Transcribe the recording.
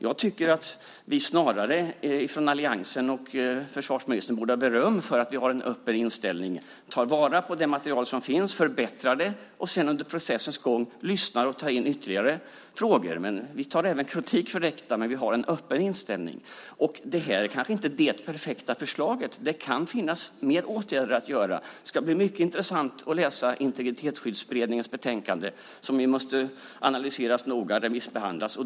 Jag tycker att vi från alliansen och försvarsministern snarare borde ha beröm för att vi har en öppen inställning, tar vara på det material som finns, förbättrar det och sedan under processens gång lyssnar och tar in ytterligare frågor. Vi tar även kritik för detta, men vi har en öppen inställning. Det här är kanske inte det perfekta förslaget. Det kan finnas fler åtgärder att vidta. Det ska bli mycket intressant att läsa Integritetsskyddsberedningens betänkande, som ju måste analyseras noga och remissbehandlas.